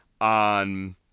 on